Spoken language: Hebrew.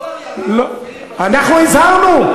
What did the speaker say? הדולר ירד, אנחנו הזהרנו.